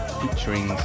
featuring